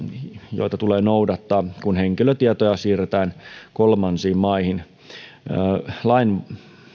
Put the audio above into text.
joita tulee noudattaa kun henkilötietoja siirretään kolmansiin maihin edelleen lain